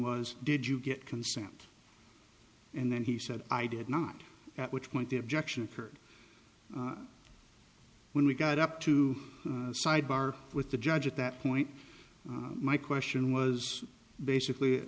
was did you get consent and then he said i did not at which point the objection occurred when we got up to sidebar with the judge at that point my question was basically